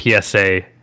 PSA